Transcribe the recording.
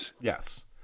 Yes